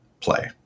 play